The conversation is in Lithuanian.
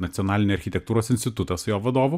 nacionalinį architektūros institutą su jo vadovu